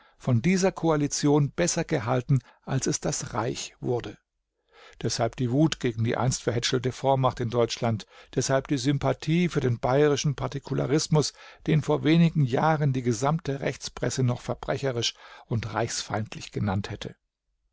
von dieser koalition besser gehalten als es das reich wurde deshalb die wut gegen die einst verhätschelte vormacht in deutschland deshalb die sympathie für den bayerischen partikularismus den vor wenigen jahren die gesamte rechtspresse noch verbrecherisch und reichsfeindlich genannt hätte